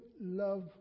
love